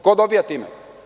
Ko dobija time?